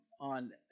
on